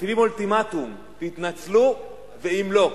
מציבים אולטימטום: תתנצלו, ואם לא,